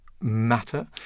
matter